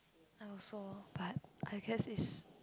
I also but I guess is